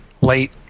late